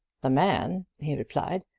the man, he replied,